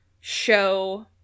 show